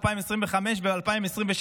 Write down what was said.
2025 ו-2026.